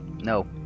No